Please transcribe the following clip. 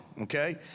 okay